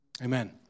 Amen